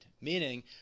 Meaning